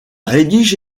rédige